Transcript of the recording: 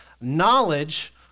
Knowledge